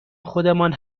خودمان